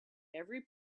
every